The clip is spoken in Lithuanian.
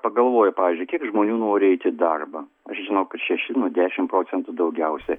pagalvoja pavyzdžiui kiek žmonių nori eit į darbą aš žinau kad šeši nu dešim procentų daugiausia